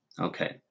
Okay